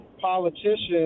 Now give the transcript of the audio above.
politicians